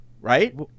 right